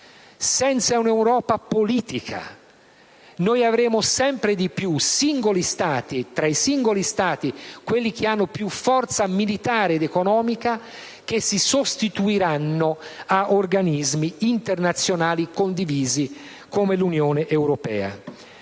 e diventare latifondisti - sempre di più singoli Stati e, tra i singoli Stati, quelli che hanno più forza militare ed economica si sostituiranno agli organismi internazionali condivisi, come l'Unione europea.